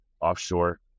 offshore